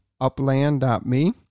Upland.me